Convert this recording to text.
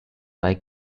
bei